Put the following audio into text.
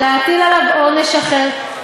להטיל עליו עונש אחר.